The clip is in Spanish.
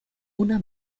una